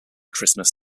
christmas